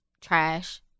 Trash